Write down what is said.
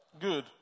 Good